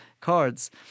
cards